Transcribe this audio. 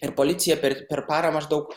ir policija per per parą maždaug